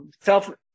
self